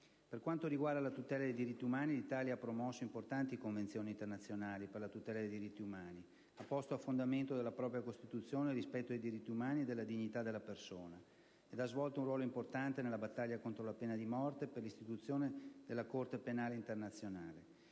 Per quanto riguarda la tutela dei diritti umani, l'Italia ha promosso importanti convenzioni internazionali per la tutela dei diritti umani, ha posto a fondamento della propria Costituzione il rispetto dei diritti umani e della dignità della persona ed ha svolto un ruolo importante nella battaglia contro la pena di morte e per l'istituzione della Corte penale internazionale.